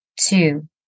two